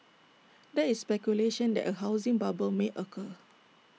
there is speculation that A housing bubble may occur